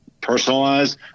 personalized